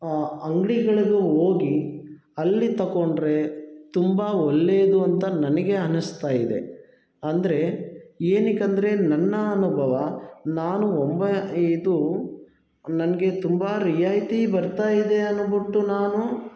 ಅಂಗ್ಡಿಗಳಗೆ ಹೋಗಿ ಅಲ್ಲಿ ತಗೊಂಡ್ರೆ ತುಂಬ ಒಳ್ಳೇದು ಅಂತ ನನಗೆ ಅನ್ನಿಸ್ತಾ ಇದೆ ಅಂದರೆ ಏನಕ್ಕಂದ್ರೆ ನನ್ನ ಅನುಭವ ನಾನು ಒಮ್ಮೆ ಇದು ನನಗೆ ತುಂಬ ರಿಯಾಯಿತಿ ಬರ್ತಾ ಇದೆ ಅನ್ಬಿಟ್ಟು ನಾನು